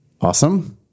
Awesome